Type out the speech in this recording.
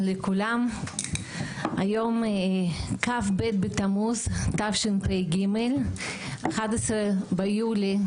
בוקר טוב לכולם, היום כ"ב בתמוז תשפ"ג, 11 ביולי